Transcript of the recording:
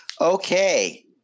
Okay